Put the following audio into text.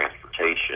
Transportation